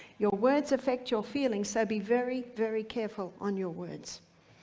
your words effect your feelings, so be very, very careful on your words.